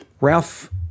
Ralph